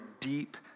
deep